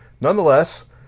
Nonetheless